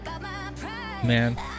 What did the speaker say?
man